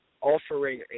offering